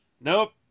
Nope